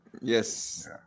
Yes